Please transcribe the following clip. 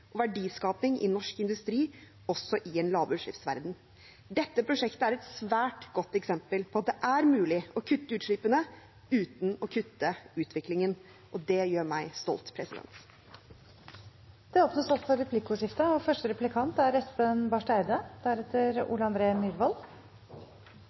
Dette prosjektet er et svært godt eksempel på at det er mulig å kutte utslippene uten å kutte utviklingen. Det gjør meg stolt. Det blir replikkordskifte. Jeg har egentlig lyst til å begynne med å gratulere statsråd Bru for